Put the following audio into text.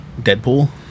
Deadpool